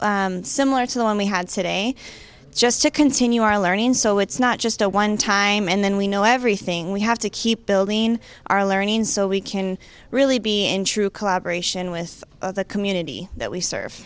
staff similar to the one we had today just to continue our learning so it's not just a one time and then we know everything we have to keep building our learning so we can really be in true collaboration with the community that we serve